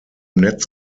netz